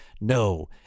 No